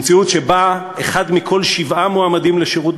במציאות שבה אחד מכל שבעה מועמדים לשירות